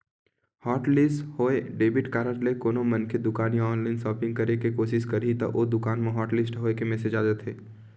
hotlist होए debit card ले कोनो मनखे दुकान या ऑनलाईन सॉपिंग करे के कोसिस करही त ओ दुकान म हॉटलिस्ट होए के मेसेज आ जाथे